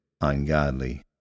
ungodly